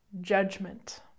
Judgment